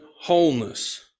wholeness